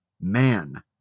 man